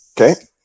Okay